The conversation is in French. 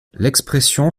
l’expression